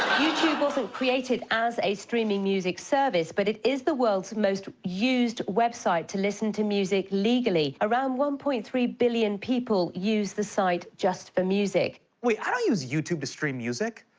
youtube wasn't created as a streaming music service, but it is the world's most used website to listen to music legally. around one point three billion people use the site just for music. wait, i don't use youtube to stream music.